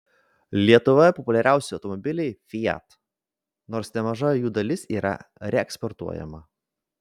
lietuvoje populiariausi automobiliai fiat nors nemaža jų dalis yra reeksportuojama